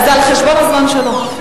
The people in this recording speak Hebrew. זה על חשבון הזמן שלו.